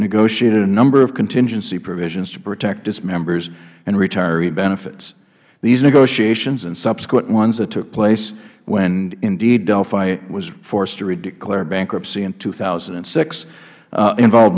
negotiated a number of contingency provisions to protect its members and retiree benefits these negotiations and subsequent ones that took place when indeed delphi was forced to declare bankruptcy in two thousand and six involve